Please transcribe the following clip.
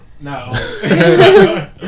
No